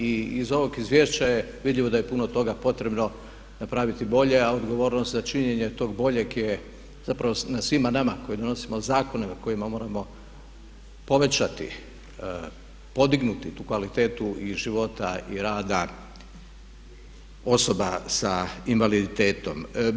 I iz ovog izvješća je vidljivo da je puno toga potrebno napraviti bolje a odgovornost za činjenje tog boljeg je zapravo na svima nama koji donosimo zakone na kojima moramo povećati, podignuti tu kvalitetu i života i rada osoba sa invaliditetom.